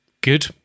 good